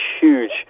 huge